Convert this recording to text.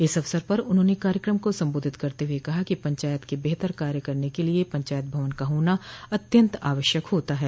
इस अवसर पर उन्होंने कार्यक्रम को संबोधित करते हुए कहा कि पंचायत के बेहतर कार्य करने के लिये पंचायत भवन का होना अत्यन्त आवश्यक होता है